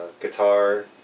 guitar